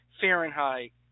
Fahrenheit